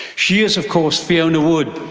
she is, of course, fiona wood.